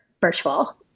virtual